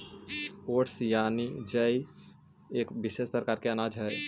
oats यानि जई एक विशेष प्रकार के अनाज हइ